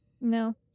No